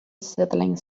sizzling